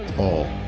all